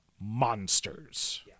monsters